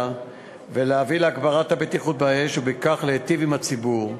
ולהביא להגברת הבטיחות באש ובכך להיטיב עם הציבור.